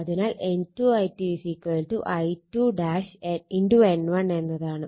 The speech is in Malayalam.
അതിനാൽ N2 I2 I2 N1 എന്നതാണ്